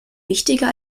wichtiger